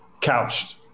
couched